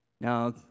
Now